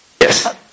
Yes